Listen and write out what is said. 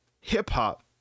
hip-hop